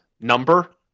Number